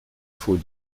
faut